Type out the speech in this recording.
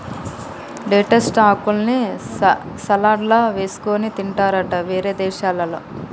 lettuce ఆకుల్ని సలాడ్లల్ల వేసుకొని తింటారట వేరే దేశాలల్ల